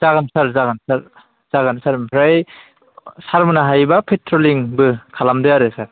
जागोन सार जागोन सार जागोन सार ओमफ्राय सारमोना हायोब्ला पेट्रलिंबो खालामदो आरो सार